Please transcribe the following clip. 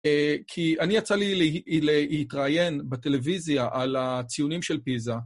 כי אני יצא לי להתראיין בטלוויזיה על הציונים של פיזה.